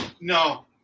No